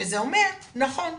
שזה אומר, נכון,